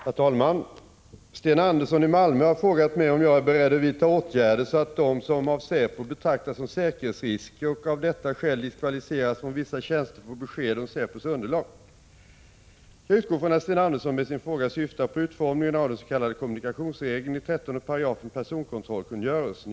Herr talman! Sten Andersson i Malmö har frågat mig om jag är beredd att vidta åtgärder så att de vilka av säpo betraktas som ”säkerhetsrisker” och av detta skäl diskvalificeras från vissa tjänster får besked om säpos underlag. Jag utgår från att Sten Andersson med sin fråga syftar på utformningen av den s.k. kommunikationsregeln i 13 § personalkontrollkungörelsen.